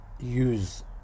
use